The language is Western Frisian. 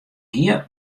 hie